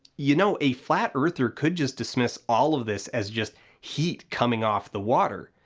you know, a flat earther could just dismiss all of this as just heat coming off the water.